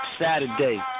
Saturday